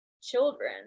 children